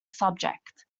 subject